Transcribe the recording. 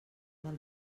del